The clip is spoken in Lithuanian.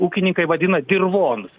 ūkininkai vadina dirvonus